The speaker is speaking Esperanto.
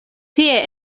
tie